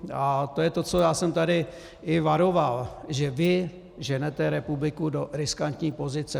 A to je to, co já jsem tady i varoval, že vy ženete republiku do riskantní pozice.